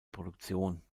produktion